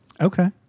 Okay